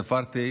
ספרתי,